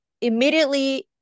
immediately